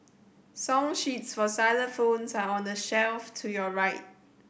song sheets for xylophones are on the shelf to your right